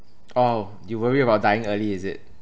orh you worry about dying early is it